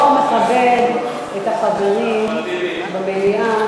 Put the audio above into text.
עם הפנים ל זה לא מכבד את החברים במליאה,